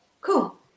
cool